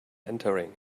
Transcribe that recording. entering